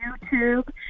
YouTube